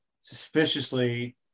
suspiciously